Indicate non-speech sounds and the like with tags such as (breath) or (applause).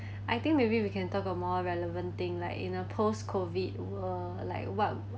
(breath) I think maybe we can talk of more relevant thing like in a post COVID uh like what